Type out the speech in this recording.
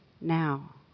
now